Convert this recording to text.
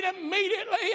immediately